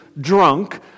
drunk